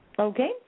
Okay